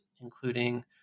including